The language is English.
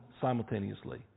simultaneously